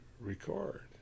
record